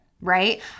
right